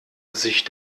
sich